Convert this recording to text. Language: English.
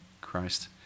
Christ